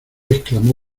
exclamó